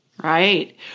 Right